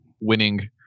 winning